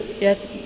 yes